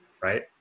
right